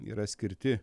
yra skirti